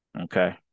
okay